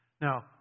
Now